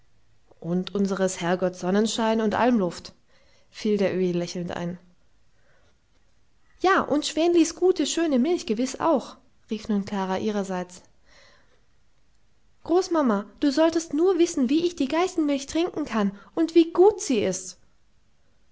und unseres herrgotts sonnenschein und almluft fiel der öhi lächelnd ein ja und schwänlis gute schöne milch gewiß auch rief nun klara ihrerseits großmama du solltest nur wissen wie ich die geißenmilch trinken kann und wie gut sie ist